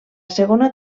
segona